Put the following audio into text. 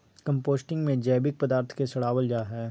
composting में जैविक पदार्थ के सड़ाबल जा हइ